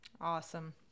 awesome